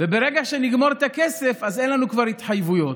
וברגע שנגמור את הכסף, כבר אין לנו התחייבויות.